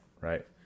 right